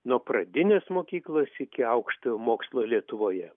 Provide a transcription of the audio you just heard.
nuo pradinės mokyklos iki aukštojo mokslo lietuvoje